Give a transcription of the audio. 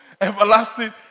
everlasting